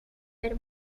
ver